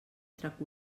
trac